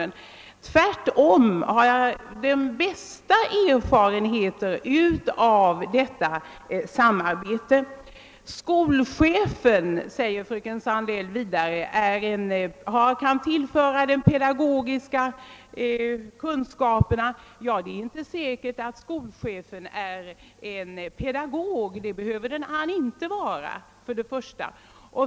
Jag har tvärtom den allra bästa erfarenheten av detta samarbete. Fröken Sandell säger vidare att skolchefen kan tillföra skolstyrelsen de pedagogiska kunskaperna. För det första är det emellertid inte säkert att skolchefen är en pedagog — det behöver han inte vara.